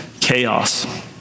chaos